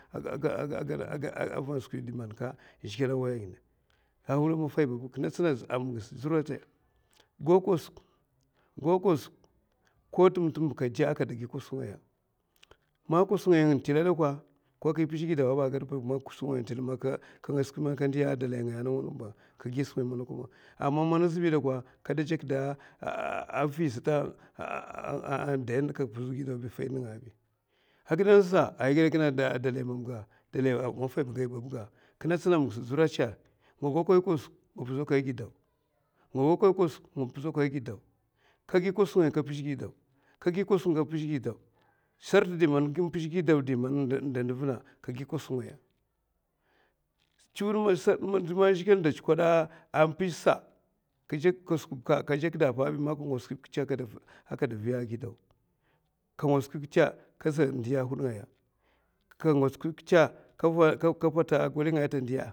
akada gadka, zhigilè away klè gaya n'tila dakwa ko man yè pizhè ba aka gadba, ama man azbay dakwa kada n'jèkda mvi sata adai na ka aaah, gidè angasa ay gada kinè a dalay mamga sarɗtè mpizhè gidau. nènga angasa a skwi man nduva awaygaskiya skwi man yè rikada man ay gau ambahyè tè nduva ga nènga man yè cho ngozsai adèba ni andi ngidè ata lèwè andè adèba a wi hara a zhigilè atsuko ndigidè ta gèdè ma ata ngots ko suna a gid a lèkonè dè m a lèkonè bi. ndi ngidèhi tashika tachi ndohi. ta ngot man kadè auda a tsak riy zhigilè da tsukda ana gadaka. kashi a wi a panaka mazlaka skwi. kashikè awi ko man ka ngatska bi zhigilè da tsukoda ma makar nènga a warka di a wudahi ngaya wuday